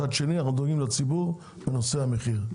מצד שני, אנחנו דואגים לציבור בנושא המחיר.